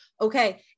okay